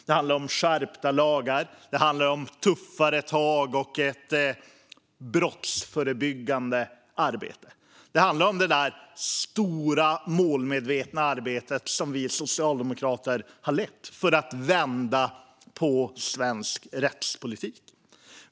Det handlar om skärpta lagar. Det handlar om tuffare tag och ett brottsförebyggande arbete. Det handlar om det där stora, målmedvetna arbetet som vi socialdemokrater har lett för att vända på svensk rättspolitik.